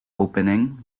opening